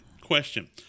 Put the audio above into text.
question